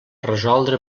resoldre